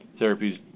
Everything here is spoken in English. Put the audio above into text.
therapies